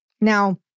Now